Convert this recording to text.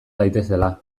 daitezela